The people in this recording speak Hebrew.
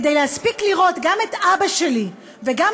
כדי להספיק לראות גם את אבא שלי וגם